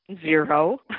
Zero